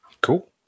Cool